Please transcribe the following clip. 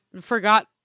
forgot